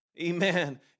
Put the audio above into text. Amen